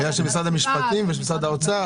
משרד המשפטים ושל משרד האוצר,